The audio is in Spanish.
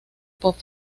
pop